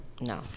No